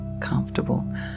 comfortable